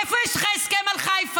איפה יש לך הסכם על חיפה?